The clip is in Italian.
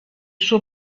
suo